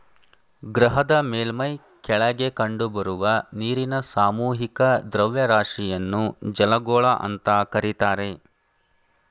ಗ್ರಹದ ಮೇಲ್ಮೈ ಕೆಳಗೆ ಕಂಡುಬರುವ ನೀರಿನ ಸಾಮೂಹಿಕ ದ್ರವ್ಯರಾಶಿಯನ್ನು ಜಲಗೋಳ ಅಂತ ಕರೀತಾರೆ